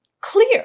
clear